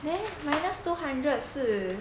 then minus two hundred 是